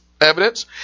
evidence